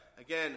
Again